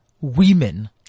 women